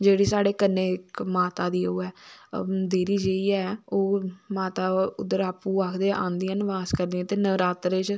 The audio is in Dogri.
जेह्ड़ी साढ़े कन्ने इक माता दी ओह् ऐ देह्री जेही ऐ माता उध्दर आपू आखदे आंदिया न बास करदियां न ते नवरात्रे त